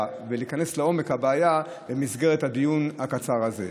ולהיכנס לעומק הבעיה במסגרת הדיון הקצר הזה.